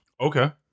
Okay